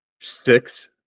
six